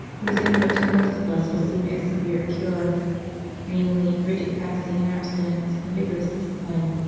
resumed what to most of us would seem as severe a cure namely, rigid fasting and abstinence and vigorous discipline.